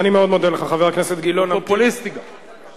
הוא פופוליסטי גם.